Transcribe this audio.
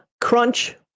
crunch